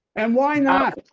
and why not?